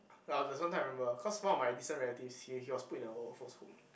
ya there's one time I remember cause one of my distant relatives he he was put in a old folks home